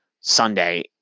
Sunday